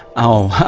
oh,